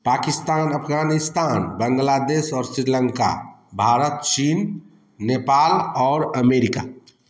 पाकिस्तान अफगानिस्तान बांग्लादेश और श्रीलंका भारत चीन नेपाल और अमेरिका